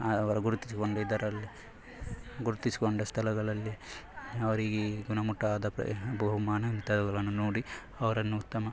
ಅವರು ಗುರುತಿಸಿಕೊಂಡಿದ್ದರಲ್ಲಿ ಗುರುತಿಸಿಕೊಂಡ ಸ್ಥಳಗಳಲ್ಲಿ ಅವರಿಗೆ ಗುಣಮಟ್ಟವಾದ ಪ್ರ ಬಹುಮಾನ ಇಂಥವುಗಳನ್ನು ನೋಡಿ ಅವರನ್ನು ಉತ್ತಮ